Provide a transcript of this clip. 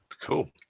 Cool